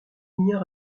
ignore